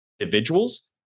individuals